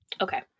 Okay